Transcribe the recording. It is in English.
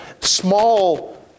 small